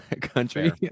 country